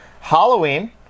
Halloween